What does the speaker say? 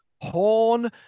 horn